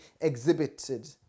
exhibited